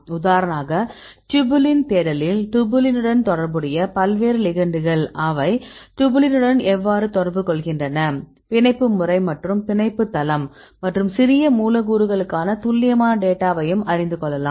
உதாரணமாக டூபுலின் தேடலில் டூபுலினுடன் தொடர்புடைய பல்வேறு லிகெண்டுகள் அவை டூபுலினுடன் எவ்வாறு தொடர்பு கொள்கின்றன பிணைப்பு முறை மற்றும் பிணைப்பு தளம் மற்றும் சிறிய மூலக்கூறுகளுக்கான துல்லியமான டேட்டாவையும் அறிந்து கொள்ளலாம்